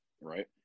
Right